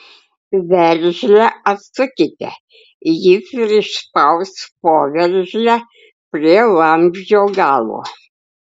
veržlę atsukite ji prispaus poveržlę prie vamzdžio galo